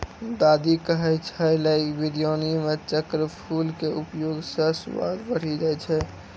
दादी कहै छेलै बिरयानी मॅ चक्रफूल के उपयोग स स्वाद बढ़ी जाय छै